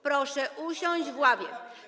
Proszę usiąść w ławie.